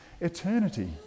eternity